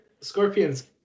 scorpions